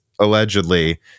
allegedly